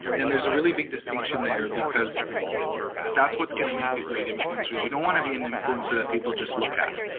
and there's a really big distinction there because that's what's going to make a great influencer, is you don't want to be an influencer that people just look at.